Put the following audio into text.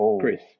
Chris